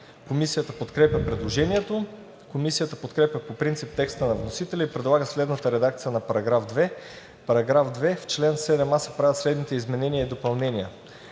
Комисията подкрепя предложението. Комисията подкрепя по принцип текста на вносителя и предлага следната редакция на § 2: „§ 2. В чл. 7а се правят следните изменения и допълнения: